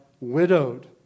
widowed